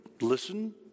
listen